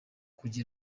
kuri